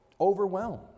overwhelmed